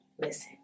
Listen